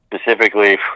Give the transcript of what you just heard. specifically